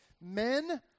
Men